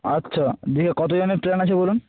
আচ্ছা দিয়ে কতজনের প্ল্যান আছে বলুন